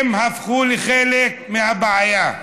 הם הפכו לחלק מהבעיה.